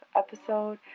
episode